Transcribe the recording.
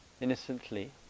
innocently